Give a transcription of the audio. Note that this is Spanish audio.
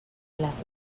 las